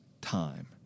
time